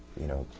you know,